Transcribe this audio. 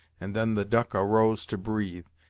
and then the duck arose to breathe,